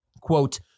Quote